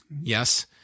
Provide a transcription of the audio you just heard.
yes